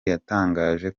yatangaje